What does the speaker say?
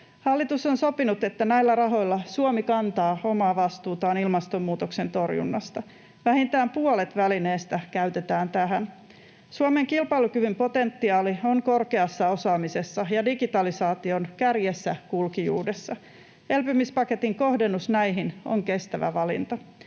Hallitus on sopinut, että näillä rahoilla Suomi kantaa omaa vastuutaan ilmastonmuutoksen torjunnasta: vähintään puolet välineestä käytetään tähän. Suomen kilpailukyvyn potentiaali on korkeassa osaamisessa ja digitalisaation kärjessä kulkijuudessa. Elpymispaketin kohdennus näihin on kestävä valinta.